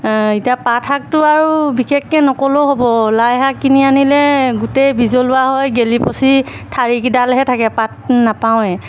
এতিয়া পাত শাকটো আৰু বিশেষকৈ নকলেও হ'ব লাইশাক কিনি আনিলে গোটেই বিজলুৱা হয় গেলি পচি ঠাৰিকিডালহে থাকে পাত নাপাওঁৱে